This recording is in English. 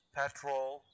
petrol